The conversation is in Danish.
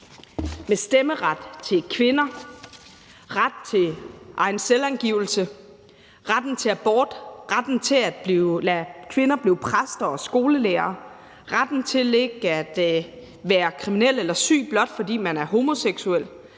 med stemmeret til kvinder, ret til egen selvangivelse, retten til abort, retten til at lade kvinder blive præster og skolelærere, retten til ikke at være kriminel eller syg, blot fordi man er homoseksuel,